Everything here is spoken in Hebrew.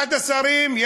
אחד השרים,